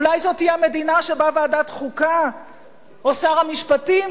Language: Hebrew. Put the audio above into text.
אולי זו תהיה המדינה שבה ועדת חוקה או שר המשפטים,